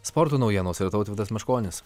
sporto naujienos ir tautvydas meškonis